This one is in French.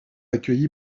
accueilli